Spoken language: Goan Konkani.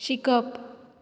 शिकप